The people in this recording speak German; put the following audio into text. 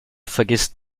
vergisst